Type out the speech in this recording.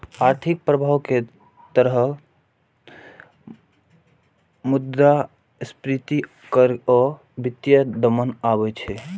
आर्थिक प्रभाव के तहत मुद्रास्फीति कर आ वित्तीय दमन आबै छै